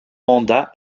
mandat